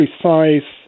precise